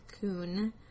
Coon